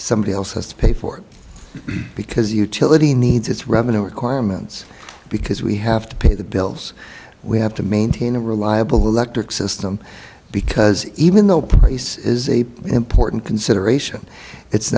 somebody else has to pay for it because utility needs its revenue requirements because we have to pay the bills we have to maintain a reliable electric system because even though price is a important consideration it's